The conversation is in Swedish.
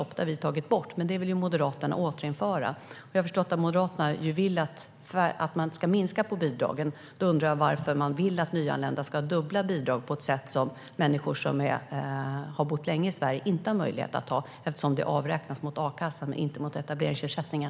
Detta har vi tagit bort, men det vill Moderaterna återinföra. Jag har förstått att Moderaterna vill att bidragen ska minska, men då undrar jag varför de vill att nyanlända ska ha dubbla bidrag på ett sätt som människor som har bott länge i Sverige inte har möjlighet till eftersom bidraget avräknas mot a-kassan. Det sker dock inte mot etableringsersättningen.